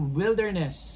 wilderness